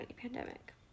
pandemic